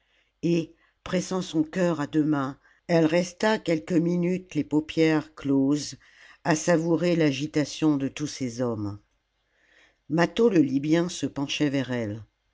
et pressant son cœur à deux mams elle resta quelques minutes les paupières closes à savourer l'agitation de tous ces nommes mâtho le libyen se penchait vers elle